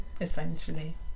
essentially